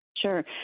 Sure